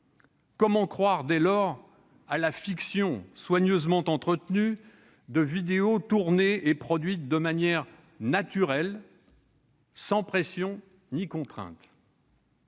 Comment croire, dès lors, à la fiction soigneusement entretenue de vidéos tournées et produites de manière « naturelle », sans pressions ni contrainte ?